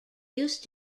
used